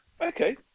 Okay